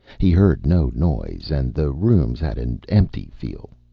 he heard no noise, and the rooms had an empty feel.